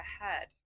ahead